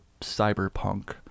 cyberpunk